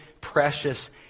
precious